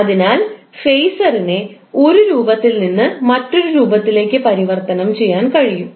അതിനാൽ ഫേസറിനെ ഒരു രൂപത്തിൽ നിന്ന് മറ്റൊരു രൂപത്തിലേക്ക് പരിവർത്തനം ചെയ്യാൻ കഴിയും